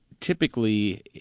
typically